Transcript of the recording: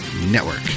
Network